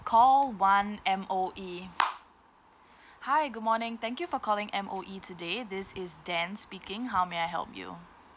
call one M_O_E hi good morning thank you for calling M_O_E today this is dan speaking how may I help you